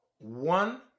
one